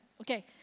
Okay